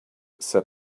said